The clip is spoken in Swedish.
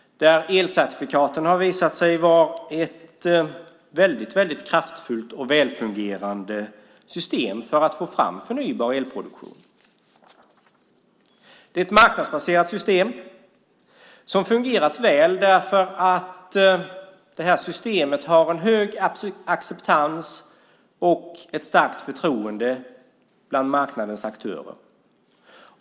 De har visat sig vara ett väldigt kraftfullt och ett väl fungerande system för produktion av förnybar el. Det är ett marknadsbaserat system som fungerat väl därför att systemet har en hög acceptans och ett starkt förtroende bland marknadens aktörer.